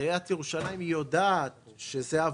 עיריית ירושלים יודעת שזוהי,